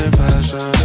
fashion